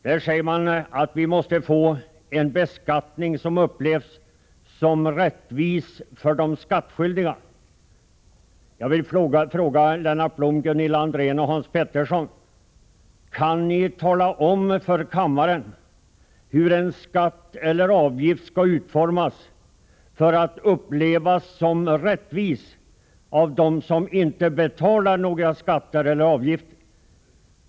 De säger att vi måste få en beskattning som upplevs ”som rättvis av de skattskyldiga”. Jag frågar Lennart Blom, Gunilla André och Hans Petersson: Kan ni tala om för kammaren hur en skatt eller avgift skall utformas för att ”upplevas som rättvis” av dem som inte betalar några skatter eller avgifter?